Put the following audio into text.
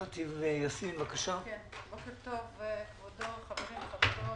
בוקר טוב כבודו, חברים וחברות.